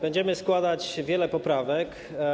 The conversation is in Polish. Będziemy składać wiele poprawek.